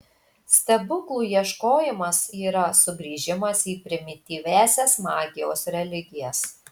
stebuklų ieškojimas yra sugrįžimas į primityviąsias magijos religijas